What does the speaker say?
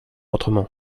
autrement